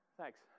Thanks